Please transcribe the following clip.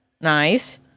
Nice